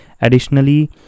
Additionally